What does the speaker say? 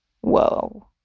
whoa